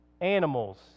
animals